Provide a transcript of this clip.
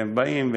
והם באים,